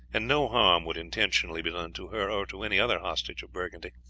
and no harm would intentionally be done to her or to any other hostage of burgundy.